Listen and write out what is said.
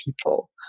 people